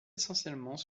essentiellement